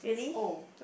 oh